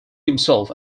himself